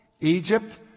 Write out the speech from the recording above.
Egypt